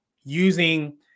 using